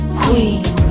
queen